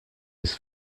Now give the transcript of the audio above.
his